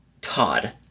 Todd